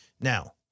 Now